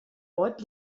ort